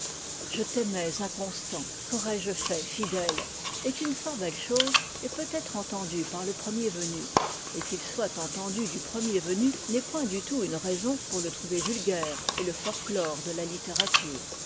je t'aimais inconstant qu'aurais-je fait fidèle est une fort belle chose et peut être entendu par le premier venu et qu'il soit entendu du premier venu n'est point du tout une raison pour le trouver vulgaire et le forclore de la littérature